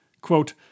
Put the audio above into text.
Quote